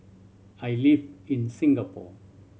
I live in Singapore